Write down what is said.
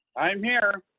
i'm here.